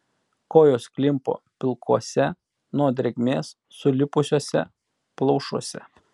kojos klimpo pilkuose nuo drėgmės sulipusiuose plaušuose